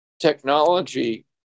technology